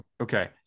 okay